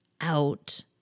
out